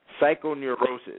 psychoneurosis